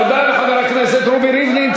תודה לחבר הכנסת רובי ריבלין.